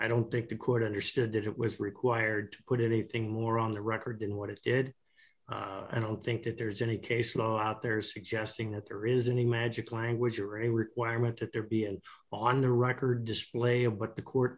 i don't think the court understood that it was required to put it anything more on the record than what it did i don't think that there's any case law out there suggesting that there is any magic language or a requirement that there be an on the record display of what the court